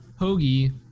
hoagie